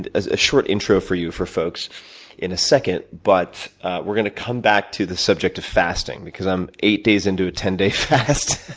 and ah a short intro for you for folks in a second, but we're gonna come back to the subject of fasting, because i'm eight days into a ten day fast,